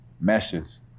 meshes